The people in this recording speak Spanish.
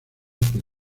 que